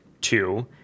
two